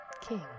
king